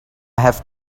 have